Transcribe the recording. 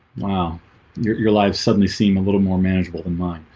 wow your your life suddenly seemed a little more manageable than mine